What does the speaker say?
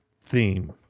theme